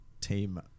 team